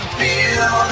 feel